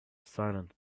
silent